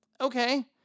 okay